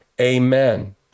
Amen